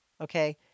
Okay